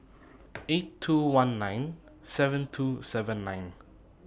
eight two one nine seven two seven nine